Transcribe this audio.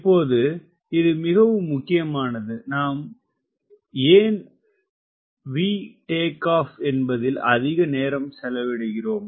இப்போது இது மிகவும் முக்கியமானது நாம் ஏன் VTO என்பதில் அதிக நேரம் செலவிடுகிறோம்